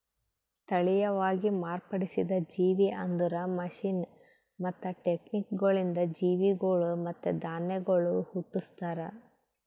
ತಳಿಯವಾಗಿ ಮಾರ್ಪಡಿಸಿದ ಜೇವಿ ಅಂದುರ್ ಮಷೀನ್ ಮತ್ತ ಟೆಕ್ನಿಕಗೊಳಿಂದ್ ಜೀವಿಗೊಳ್ ಮತ್ತ ಧಾನ್ಯಗೊಳ್ ಹುಟ್ಟುಸ್ತಾರ್